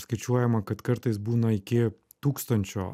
skaičiuojama kad kartais būna iki tūkstančio